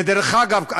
ודרך אגב,